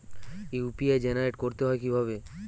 UPI generate করতে হয় কিভাবে?